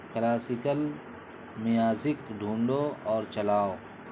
classical music ڈھونڈو اور چلاؤ